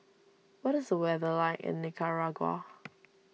what is the weather like in Nicaragua